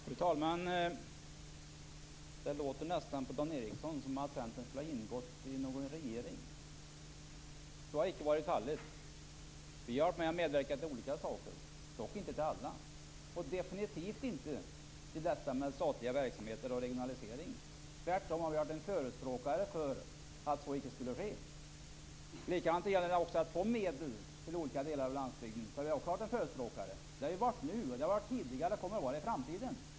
Fru talman! Det låter på Dan Ericsson som om centern skulle ha ingått i någon regering. Så har inte varit fallet. Vi har medverkat till olika saker, dock inte till alla, och definitivt inte till statliga verksamheter och regionalisering. Vi har tvärtom varit förespråkare för att så inte skulle ske. När det gäller att få medel till olika delar av landsbygden har vi också varit förespråkare. Det har vi varit nu, det har vi varit tidigare och det kommer vi att vara i framtiden.